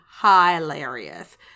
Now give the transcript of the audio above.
hilarious